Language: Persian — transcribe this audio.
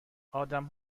آدم